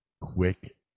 quick